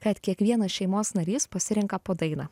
kad kiekvienas šeimos narys pasirenka po dainą